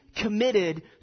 committed